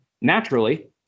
naturally